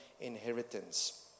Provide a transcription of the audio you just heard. inheritance